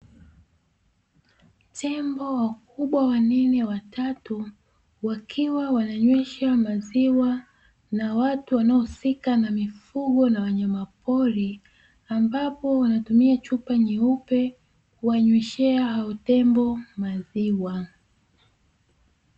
Tembo wakubwa wanene watatu, wakiwa wananyweshwa maziwa na watu wanaohusika na mifugo na wanyamapori, ambapo wanatumia chupa nyeupe kuwanyweshea hao tembo maziwa.